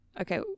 Okay